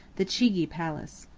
the chigi palace.